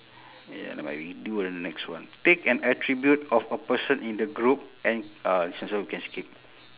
ya nevermind we do the next one pick an attribute of a person in the group and uh this one also can skip